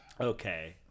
Okay